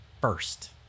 first